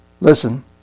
Listen